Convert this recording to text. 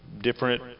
different